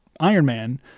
Ironman